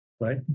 right